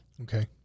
Okay